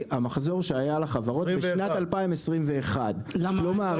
המחזור שהיה לחברות בשנת 2021. כלומר,